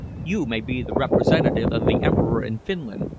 you may be the representative of the emperor in finland,